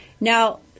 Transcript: Now